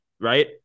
right